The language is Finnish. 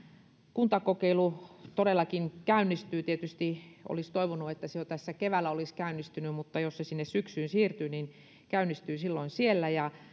kuntakokeilu todellakin käynnistyy tietysti olisi toivonut että se jo tässä keväällä olisi käynnistynyt mutta jos se sinne syksyyn siirtyy niin käynnistyy sitten silloin